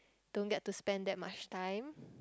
don't get to spend that much time